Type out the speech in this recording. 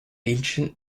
ancient